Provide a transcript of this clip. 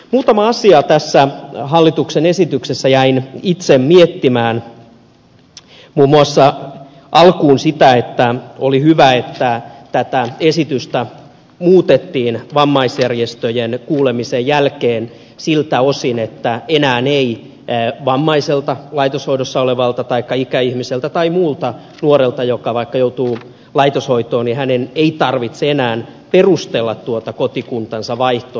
muutamaa asiaa tässä hallituksen esityksessä jäin itse miettimään muun muassa alkuun sitä että oli hyvä että tätä esitystä muutettiin vammaisjärjestöjen kuulemisen jälkeen siltä osin että enää ei laitoshoidossa olevan vammaisen taikka ikäihmisen taikka muun vaikka nuoren joka joutuu laitoshoitoon tarvitse enää perustella tuota kotikuntansa vaihtoa